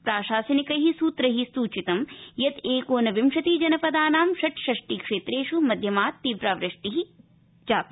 प्रशासनिकै सूत्रे सूचितं यत एकोनविंशाति जनपदानां षट्षाष्टि क्षेत्रेष् मध्यमात् तीव्रा वृष्टि जाता